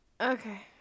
Okay